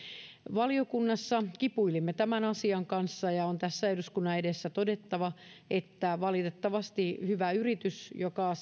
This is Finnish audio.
valiokunnassa kipuilimme tämän asian kanssa ja on tässä eduskunnan edessä todettava että valitettavasti hyvä yritys joka